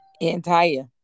Entire